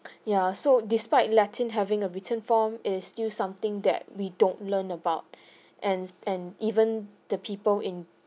yeah so despite latin having a written form is still something that we don't learn about and and even the people in